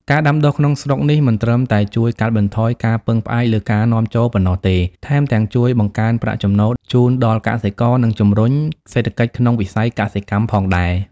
ការដាំដុះក្នុងស្រុកនេះមិនត្រឹមតែជួយកាត់បន្ថយការពឹងផ្អែកលើការនាំចូលប៉ុណ្ណោះទេ ថែមទាំងជួយបង្កើនប្រាក់ចំណូលជូនដល់កសិករ និងជំរុញសេដ្ឋកិច្ចក្នុងវិស័យកសិកម្មផងដែរ។